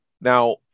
Now